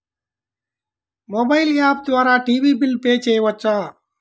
Mobile app ద్వారా TV bill pay చేయవచ్చా?